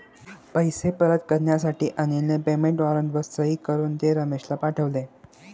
पैसे परत करण्यासाठी अनिलने पेमेंट वॉरंटवर सही करून ते रमेशला पाठवले